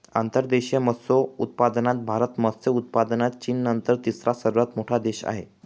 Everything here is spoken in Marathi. अंतर्देशीय मत्स्योत्पादनात भारत मत्स्य उत्पादनात चीननंतर तिसरा सर्वात मोठा देश आहे